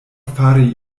fari